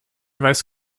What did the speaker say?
weiß